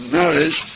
marriage